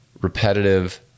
repetitive